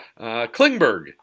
Klingberg